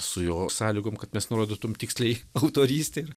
su jo sąlygom kad mes nurodytum tiksliai autorystę ir